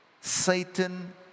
Satan